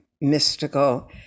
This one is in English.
mystical